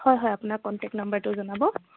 হয় হয় আপোনাৰ কণ্টেক্ট নাম্বাৰটো জনাব